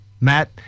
Matt